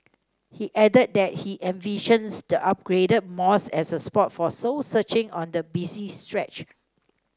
he added that he envisions the upgraded mosque as a spot for soul searching on the busy stretch